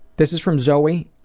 this is from zoe,